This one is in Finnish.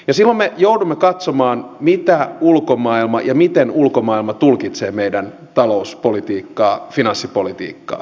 silloin me joudumme katsomaan miten ulkomaailma tulkitsee meidän talouspolitiikkaa finanssipolitiikkaa